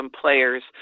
players